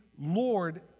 Lord